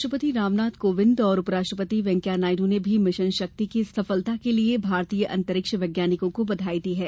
राष्ट्रपति रामनाथ कोविंद और उपराष्ट्रपति वैंकैया नायडू ने भी मिशन शक्ति की सफलता के लिये भारतीय अंतरिक्ष वैज्ञानिकों को बधाई दी है